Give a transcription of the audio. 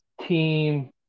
team